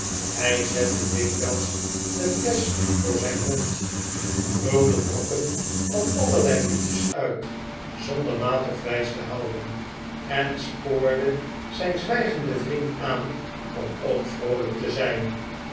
hij zette dikwijls de flesch voor zijn mond brulde brokken van allerlei liedjes uit zonder maat of wijs te houden en spoorde zijn zwijgenden vriend aan om ook vroolijk te zijn